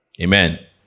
amen